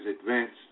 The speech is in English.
advanced